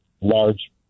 large